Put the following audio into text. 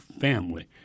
family